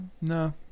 No